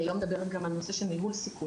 אני לא מדברת גם על הנושא של ניהול סיכונים,